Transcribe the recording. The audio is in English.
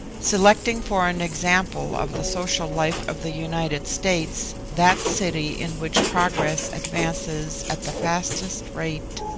selecting for an example of the social life of the united states that city in which progress advances at the fastest rate,